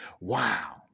wow